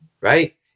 right